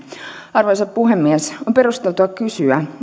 arvoisa puhemies on perusteltua kysyä